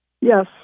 Yes